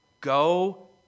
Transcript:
Go